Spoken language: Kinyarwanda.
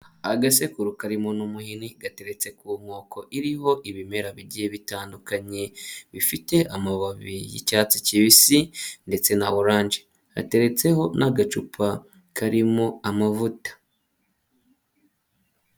Agasekuru karirimo n'umuhini gateretse ku nkoko iriho ibimera bigiye bitandukanye bifite amababi y'icyatsi kibisi ndetse na oranje, hateretseho n'agacupa karimo amavuta.